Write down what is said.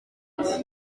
ati